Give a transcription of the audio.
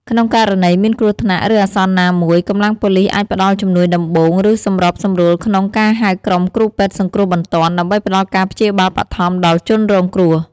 ក្នុងករណីមានគ្រោះថ្នាក់ ឬអាសន្នណាមួយ កម្លាំងប៉ូលិសអាចផ្តល់ជំនួយដំបូង ឬសម្របសម្រួលក្នុងការហៅក្រុមគ្រូពេទ្យសង្គ្រោះបន្ទាន់ ដើម្បីផ្តល់ការព្យាបាលបឋមដល់ជនរងគ្រោះ។